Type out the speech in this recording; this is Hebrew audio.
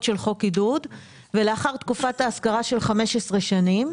של חוק עידוד ולאחר תקופת ההשכרה של 15 שנים,